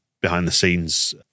behind-the-scenes